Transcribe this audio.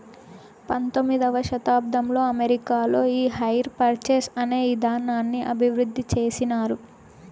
పంతొమ్మిదవ శతాబ్దంలో అమెరికాలో ఈ హైర్ పర్చేస్ అనే ఇదానాన్ని అభివృద్ధి చేసినారు